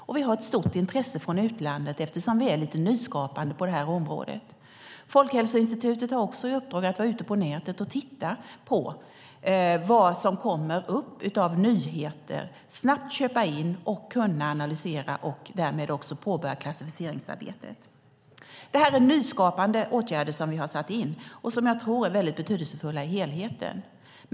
Det finns ett stort intresse från utlandet eftersom vi är lite nyskapande på området. Folkhälsoinstitutet har också i uppdrag att vara ute på nätet och titta på vad som kommer fram av nyheter, att snabbt köpa in, analysera och påbörja klassificeringsarbetet. Det här är nyskapande åtgärder som är betydelsefulla för helheten.